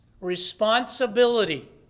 responsibility